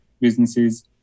businesses